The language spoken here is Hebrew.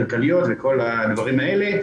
כלכליות וכל הדברים האלה,